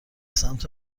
سمت